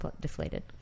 deflated